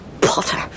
Potter